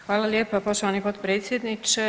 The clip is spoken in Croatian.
Hvala lijepa poštovani potpredsjedniče.